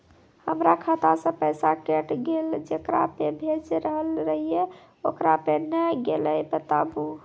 हमर खाता से पैसा कैट गेल जेकरा पे भेज रहल रहियै ओकरा पे नैय गेलै बताबू?